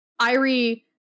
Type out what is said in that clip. Irie